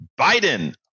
Biden